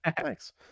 thanks